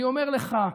אני אומר לך,